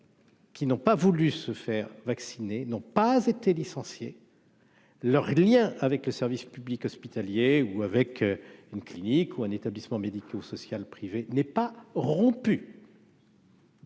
qui n'ont pas voulu se faire vacciner n'ont pas été licencié. Leurs Liens avec le service public hospitalier ou avec une clinique ou un établissement médico-social privé n'est pas rompu.